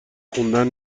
خوندن